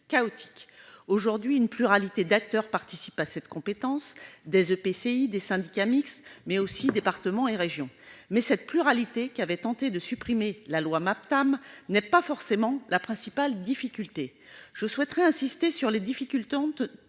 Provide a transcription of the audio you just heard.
chaotique. Aujourd'hui, plusieurs acteurs participent à cette compétence : des EPCI, des syndicats mixtes, mais aussi les départements et les régions. Toutefois, cette pluralité, qu'avait tenté de supprimer la loi Maptam, n'est pas forcément la principale difficulté. Je souhaiterais insister sur les problèmes